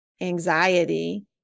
anxiety